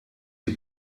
die